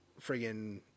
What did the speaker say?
friggin